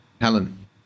Helen